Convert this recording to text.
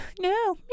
No